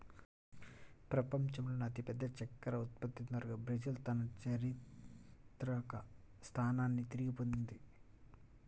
ప్రపంచంలోనే అతిపెద్ద చక్కెర ఉత్పత్తిదారుగా బ్రెజిల్ తన చారిత్రక స్థానాన్ని తిరిగి పొందింది